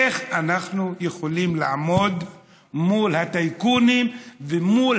איך אנחנו יכולים לעמוד מול הטייקונים ומול